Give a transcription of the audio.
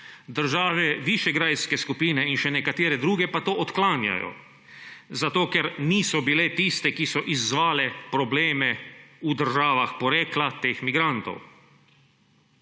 države Višegrajske skupine in še nekatere druge pa to odklanjajo, zato ker niso bile tiste, ki so izzvale probleme v državah porekla teh migrantov.